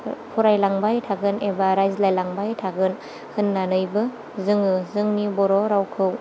फरायलांबाय थागोन एबा रायज्लायलांबाय थागोन होन्नानैबो जोङो जोंनि बर' रावखौ